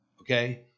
okay